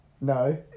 No